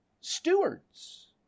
stewards